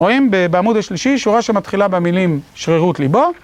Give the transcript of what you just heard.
רואים, בעמוד השלישי שורה שמתחילה במילים שרירות ליבו.